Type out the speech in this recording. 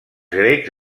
grecs